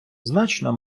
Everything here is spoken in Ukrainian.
значно